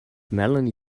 melanie